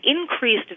increased